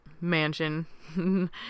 mansion